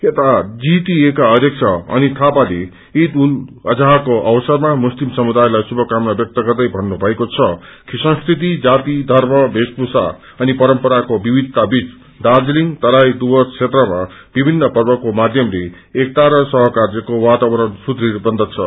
यता जीटिए का अध्यब अनित थापाले ईद उन जोझ को अवसरामामुस्तिम समुदायलाईग्रभकामना व्यक्त गर्दै भन्नुभएको छ कि संस्कृति जाति धर्म भेषभूषा अनि परम्पराको विविधताबीच दार्जीलिङ तराई डुव्रस क्षेत्रमा विभिन्न पर्वको माध्यम एकता सहकार्यको वाातावरणलाई सुदुढ़ बन्दछ